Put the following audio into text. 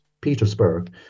Petersburg